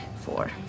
four